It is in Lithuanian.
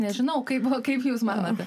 nežinau kaip buvo kaip jūs manote